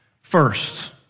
First